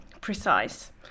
precise